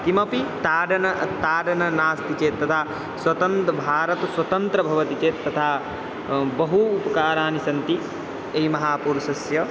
किमपि ताडनं ताडनं नास्ति चेत् तदा स्वतन्द् भारतस्वतन्त्र्यं भवति चेत् तथा बहूनि उपकाराणि सन्ति ऐ महापुरुषस्य